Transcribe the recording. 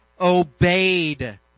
obeyed